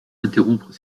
interrompre